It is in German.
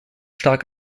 stark